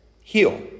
Heal